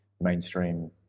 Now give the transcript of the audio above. mainstream